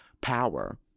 power